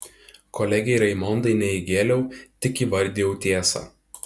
kolegei raimondai ne įgėliau tik įvardijau tiesą